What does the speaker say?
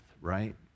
right